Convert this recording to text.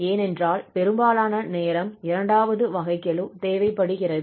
ஏனென்றால் பெரும்பாலான நேரம் இரண்டாவது வகைக்கெழு தேவைப்படுகிறது